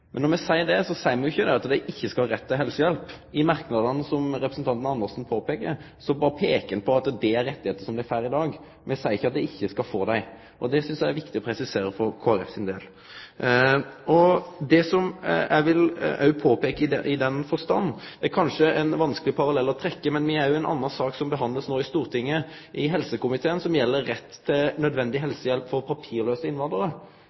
Men når me seier det, seier me jo ikkje at det ikkje skal vere ein rett til helsehjelp. I merknadene som representanten Andersen påpeiker, seier me berre at det er rettar som dei får i dag, me seier ikkje at dei ikkje skal få dei. Det synest eg er viktig å presisere for Kristeleg Folkeparti sin del. Det som eg òg vil påpeike i den forstand, er kanskje ein vanskeleg parallell å trekkje: Me er jo inne i ei anna sak som no blir behandla i Stortinget, i helsekomiteen, som gjeld rett til nødvendig helsehjelp for papirlause innvandrarar,